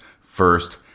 first